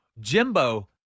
Jimbo